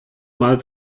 mal